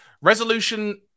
resolution